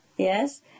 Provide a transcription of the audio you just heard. Yes